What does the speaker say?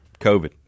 COVID